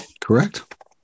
Correct